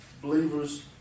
believers